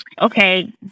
Okay